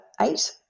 eight